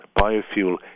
Biofuel